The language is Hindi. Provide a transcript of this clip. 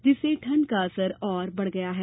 जिससे ठंड का असर बढ़ गया है